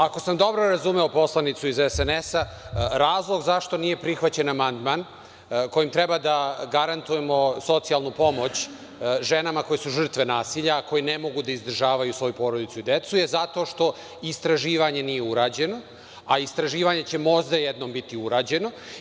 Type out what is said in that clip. Ako sam dobro razumeo poslanicu iz SNS, razlog zašto nije prihvaćen amandman kojim treba da garantujemo socijalnu pomoć ženama koje su žrtve nasilja, a koje ne mogu da izdržavaju svoju porodicu i decu je zato što istraživanje nije urađeno, a istraživanje će možda jednom biti urađeno.